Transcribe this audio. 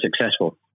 successful